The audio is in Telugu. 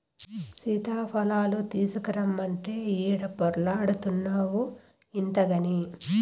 సీతాఫలాలు తీసకరమ్మంటే ఈడ పొర్లాడతాన్డావు ఇంతగని